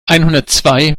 einhundertzwei